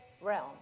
realm